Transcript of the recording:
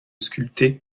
sculpté